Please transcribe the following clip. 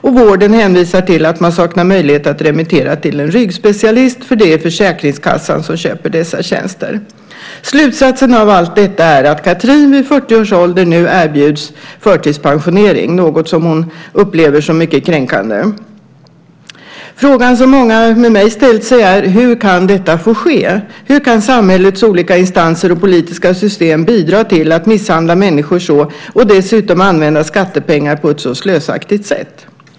Och vården hänvisar till att man saknar möjlighet att remittera till en ryggspecialist, för det är Försäkringskassan som köper dessa tjänster. Slutsatsen av allt detta är att Cathrin vid 40 års ålder nu erbjuds förtidspensionering, något som hon upplever som mycket kränkande. Frågan som många med mig ställt sig är: Hur kan detta få ske - hur kan samhällets olika instanser och politiska system bidra till att misshandla människor så och dessutom använda skattepengar på ett så slösaktigt sätt?